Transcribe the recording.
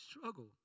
struggle